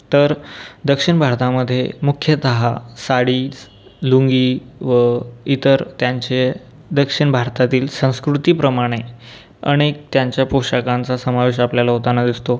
तर दक्षिण भारतामधे मुख्यतः साडीज् लुंगी व इतर त्यांचे दक्षिण भारतातील संस्कृतीप्रमाणे अनेक त्यांच्या पोशाखांचा समावेश आपल्याला होताना दिसतो